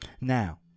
Now